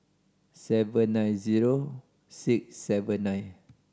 seven nine zero six seven nine